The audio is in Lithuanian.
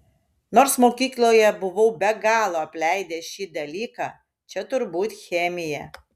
nors mokykloje buvau be galo apleidęs šį dalyką čia turbūt chemija